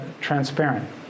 transparent